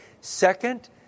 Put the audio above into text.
Second